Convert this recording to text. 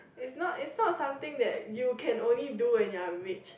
is not is not something that you can only do when you are rich